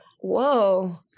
whoa